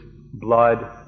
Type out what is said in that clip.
blood